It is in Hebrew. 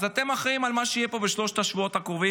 אז אתם אחראים למה שיהיה פה בשלושת השבועות הקרובים,